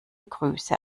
grüße